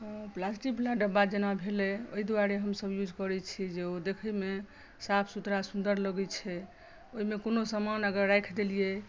प्लास्टिकवला डब्बा जेना भेलै ओहि दुआरे हमसभ यूज करैत छी जे ओ देखयमे साफ सुथड़ा सुन्दर लगैत छै ओहिमे कोनो सामान अगर राखि देलियै